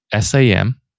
SAM